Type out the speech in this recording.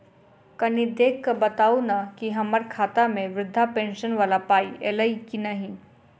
कनि देख कऽ बताऊ न की हम्मर खाता मे वृद्धा पेंशन वला पाई ऐलई आ की नहि?